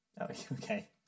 okay